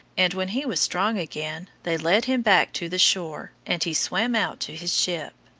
and when he was strong again they led him back to the shore, and he swam out to his ship.